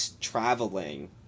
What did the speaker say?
traveling